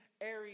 area